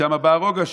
משם בא הרוגע שלי,